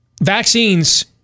vaccines